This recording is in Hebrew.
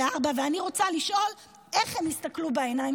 ואני רוצה לשאול: איך הם יסתכלו בעיניים